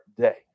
day